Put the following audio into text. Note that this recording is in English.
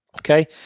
Okay